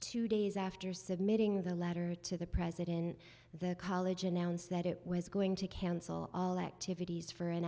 two days after submitting the letter to the president the college announced that it was going to cancel all activities for an